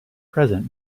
present